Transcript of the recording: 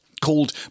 Called